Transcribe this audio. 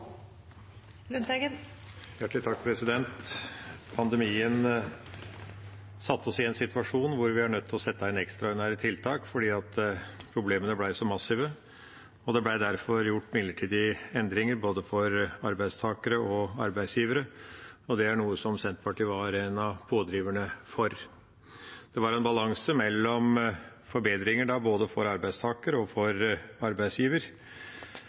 Pandemien satte oss i en situasjon hvor vi var nødt til å sette inn ekstraordinære tiltak fordi problemene ble så massive. Det ble derfor gjort midlertidige endringer for både arbeidstakere og arbeidsgivere, noe Senterpartiet var en av pådriverne for. Det var en balanse mellom forbedringer både for arbeidstaker og for arbeidsgiver.